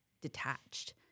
detached